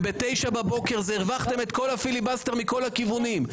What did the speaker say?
ובתשע בבוקר זה הרווחתם את כל הפיליבסטר מכל הכוונים.